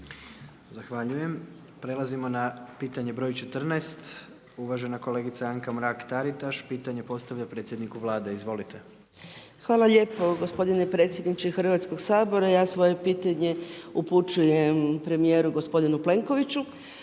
Zahvaljujem, prelazimo na pitanje br. 14. Uvažena kolegica Anka Mrak-Taritaš, pitanje postavlja predsjedniku Vlade, izvolite. **Mrak-Taritaš, Anka (GLAS)** Hvala lijepo gospodine predsjedniče Hrvatskoga sabora. Ja svoje pitanje upućujem premijeru gospodinu Plenkoviću.